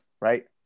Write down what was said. right